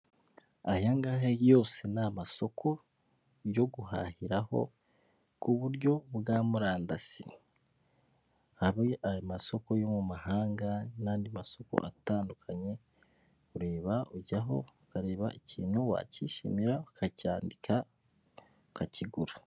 Aya ngaya yose ni amasoko yo guhahiraho, ku buryo bwa murandasi, abe ayo masoko yo mu mahanga n'andi masoko atandukanye, ureba, ujyaho ukareba ikintu wakiyishimira ukacyandika, ukakigura.